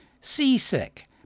Seasick